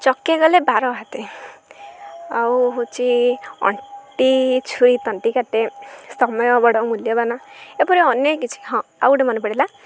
ଚକେ ଗଲେ ବାର ହାତେ ଆଉ ହେଉଛି ଅଣ୍ଟି ଛୁରୀ ତଣ୍ଟି କାଟେ ସମୟ ବଡ଼ ମୂଲ୍ୟବାନ ଏପରି ଅନେକ କିଛି ହଁ ଆଉ ଗୋଟେ ମନେ ପଡ଼ିଲା